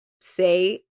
say